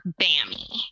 Bammy